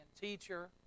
teacher